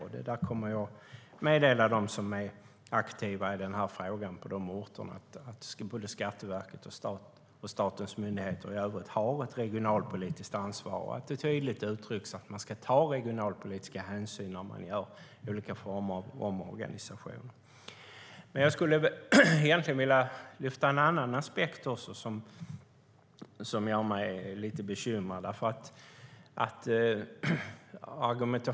Jag kommer att meddela dem som är aktiva i den här frågan på de nämnda orterna att både Skatteverket och statens myndigheter i övrigt har ett regionalpolitiskt ansvar och att det tydligt uttrycks att man ska ta regionalpolitiska hänsyn vid olika former av omorganisationer. Jag skulle vilja lyfta fram en annan aspekt som gör mig lite bekymrad.